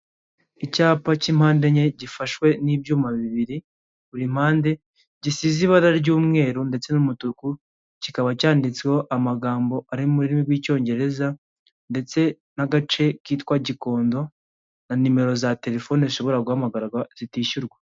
Icyapa cy'impande enye gifashwe n'ibyuma bibiri buri mpande, gisize ibara ry'umweru ndetse n'umutuku, kikaba cyanditseho amagambo ari mu rurimi rw'icyongereza ndetse n'agace kitwa Gikondo, na nimero za terefoni zishobora guhamarwa zitishyurwa.